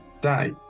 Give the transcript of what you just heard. die